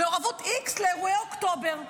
באירועי אוקטובר.